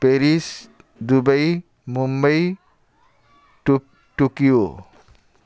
Paris Dubai Mumbai Tokyo